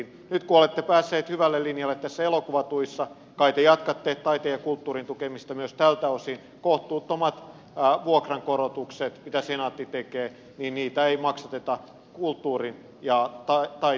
nyt kun olette päässeet hyvälle linjalle näissä elokuvatuissa kai te jatkatte taiteen ja kulttuurin tukemista myös tältä osin niin että kohtuuttomia vuokrankorotuksia mitä senaatti tekee ei maksateta kulttuurin ja taiteen työllisyydellä